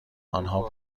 آنها